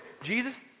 Jesus